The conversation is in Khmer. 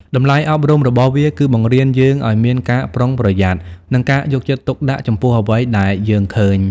តម្លៃអប់រំរបស់វាគឺបង្រៀនយើងឲ្យមានការប្រុងប្រយ័ត្ន និងការយកចិត្តទុកដាក់ចំពោះអ្វីដែលយើងឃើញ។